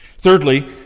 Thirdly